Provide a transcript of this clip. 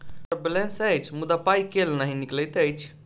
हम्मर बैलेंस अछि मुदा पाई केल नहि निकलैत अछि?